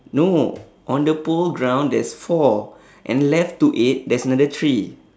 no on the pole ground there's four and left to it there's another three